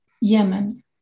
Yemen